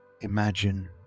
Imagine